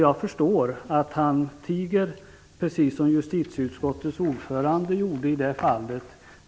Jag förstår att han tiger, precis som justitieutskottets ordförande gjorde i det fallet.